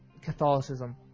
Catholicism